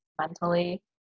mentally